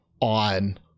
on